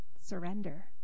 Surrender